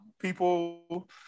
people